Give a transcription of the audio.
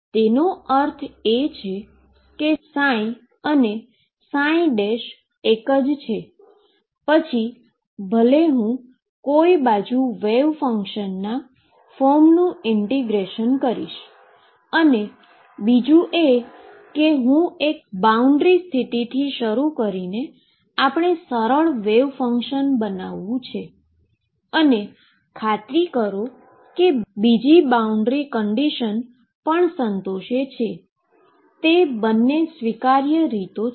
એનો અર્થ એ કે ψ અને એક જ છે પછી ભલે હું કોઈ બાજુ વેવ ફંક્શનના ફોર્મનુ ઈન્ટીગ્રેશન કરીશ અને બીજી હું એક બાઉન્ડ્રી સ્થિતિથી શરૂ કરીને આપણે સરળ વેવ ફંક્શન બનાવું છું અને ખાતરી કરો કે તે બીજી બાઉન્ડ્રી શરત પણ સંતોષ છે તે બંને સ્વીકાર્ય રીતો છે